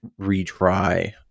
retry